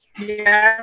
Yes